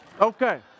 Okay